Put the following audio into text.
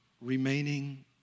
remaining